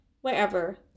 wherever